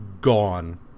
gone